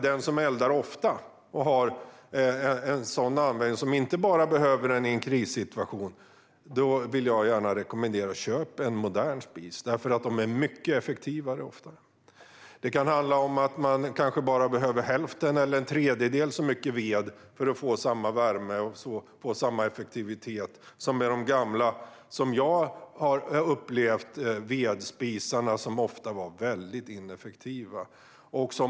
Den som eldar ofta och inte bara behöver vedeldning i en krissituation skulle jag dock rekommendera att köpa en modern spis, för de är ofta mycket effektivare. Man kanske bara behöver hälften eller en tredjedel så mycket ved för att få samma värme och effektivitet som med de gamla vedspisar som jag har upplevt. De var ofta väldigt ineffektiva.